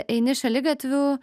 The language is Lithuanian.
eini šaligatviu